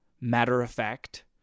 matter-of-fact